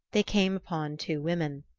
they came upon two women.